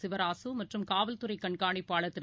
சிவராசுமற்றும் காவல்துறைகண்கானிப்பாளர் திரு